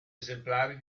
esemplari